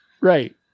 Right